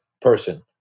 person